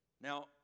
Now